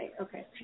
Okay